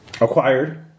acquired